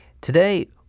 Today